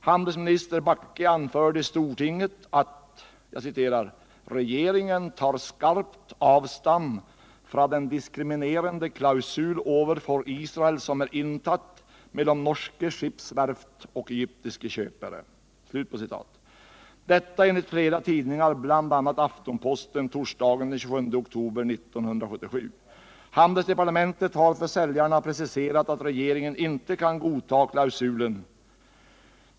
Handelsminister Bakke anförde i stortinget att ”regjeringen tar skarpt avstand fra den diskriminerende klausul overfor Israel som er intatt mellom norske skipsverft og egyptiske kjöpere”. Detta enligt flera tidningar, bl.a. Aftenposten torsdagen den 27 oktober 1977. Handelsdepartementet har för säljarna preciserat att regeringen inte kan godta klausulen.